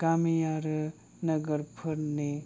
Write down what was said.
गामि आरो नोगोरफोरनि